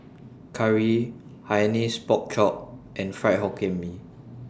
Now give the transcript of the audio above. Curry Hainanese Pork Chop and Fried Hokkien Mee